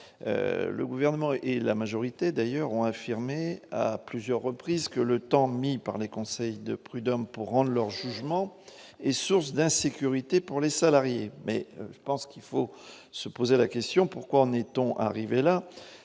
le gouvernement et la majorité d'ailleurs ont affirmé à plusieurs reprises que le temps mis par les conseils de prud'hommes pour rendre leur jugement est source d'insécurité pour les salariés, mais je pense qu'il faut se poser la question : pourquoi en est-on arrivé là,